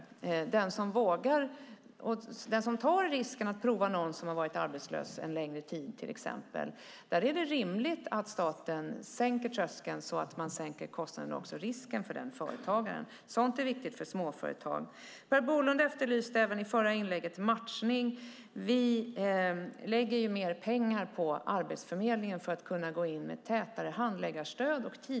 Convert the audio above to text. För den företagare som tar risken att pröva någon som till exempel har varit arbetslös en längre tid är det rimligt att staten sänker tröskeln så att kostnaden och också risken sänks. Sådant är viktigt för småföretag. Per Bolund efterlyste även i sitt förra inlägg matchning. Vi lägger mer pengar på Arbetsförmedlingen för att man ska kunna gå in tidigare och med tätare handläggarstöd.